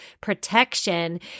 protection